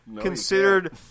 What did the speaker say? considered